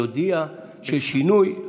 יודיע שיש שינוי.